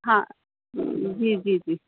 ہاں جی جی جی